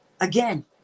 again